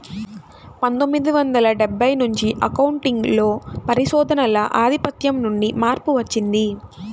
పందొమ్మిది వందల డెబ్బై నుంచి అకౌంటింగ్ లో పరిశోధనల ఆధిపత్యం నుండి మార్పు వచ్చింది